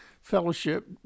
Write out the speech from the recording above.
fellowship